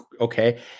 Okay